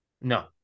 No